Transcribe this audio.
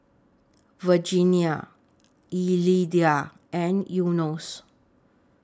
Virginia Elida and Enos